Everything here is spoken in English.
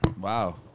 Wow